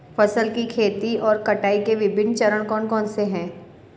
फसल की खेती और कटाई के विभिन्न चरण कौन कौनसे हैं?